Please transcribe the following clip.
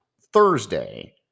Thursday